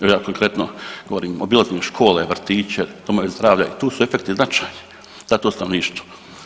Evo, ja konkretno govorim obilazim škole, vrtiće, domove zdravlja i tu su efekti značajni za to stanovništvo.